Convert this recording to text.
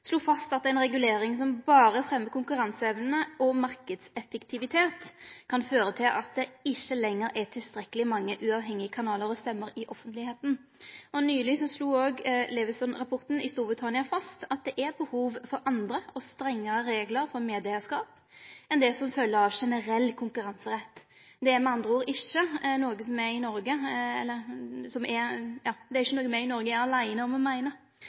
slo fast at ei regulering som berre fremjar konkurranseevne og marknadseffektivitet, kan føre til at det ikkje lenger er tilstrekkeleg mange uavhengige kanalar og stemmer i offentlegheita. Nyleg slo også Leveson-rapporten i Storbritannia fast at det er behov for andre og strengare reglar for medieeigarskap enn det som følgjer av generell konkurranserett. Det er med andre ord ikkje noko som me i Noreg er aleine om å meine.